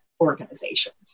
organizations